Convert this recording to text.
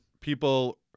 people